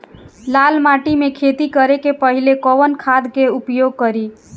लाल माटी में खेती करे से पहिले कवन खाद के उपयोग करीं?